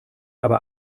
aber